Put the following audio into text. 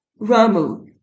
Ramu